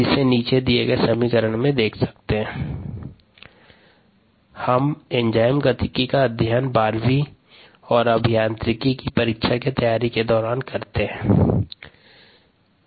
rgES rcESdmESdt≅0 हम enzyme गतिकी का अध्ययन बारहवीं और अभियांत्रिकी परीक्षा की तैयारी के दौरान करते है